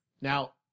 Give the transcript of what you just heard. Now